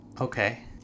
Okay